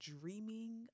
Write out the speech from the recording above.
dreaming